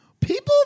People